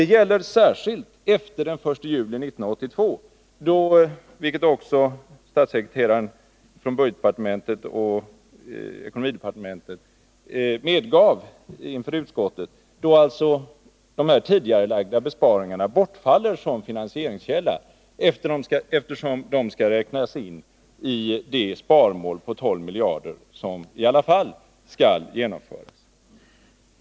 Det gäller särskilt efter den 1 juli 1982, vilket också statssekreterarna från ekonomioch budgetdepartementet medgav inför utskottet, då alltså de tidigarelagda besparingarna bortfaller som finansieringskälla, eftersom de skall räknas in i det sparmål på 12 miljarder som i alla fall skall genomföras.